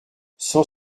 cent